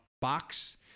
box